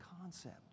concept